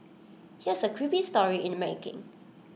here's A creepy story in the making